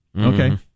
okay